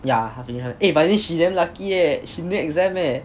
yeah 他 finish 他的 eh but then she damn lucky eh she no exam eh